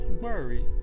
worried